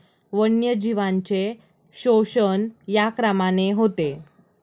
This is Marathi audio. वन्यजीवांचे शोषण या क्रमाने होते